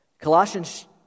Colossians